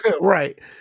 Right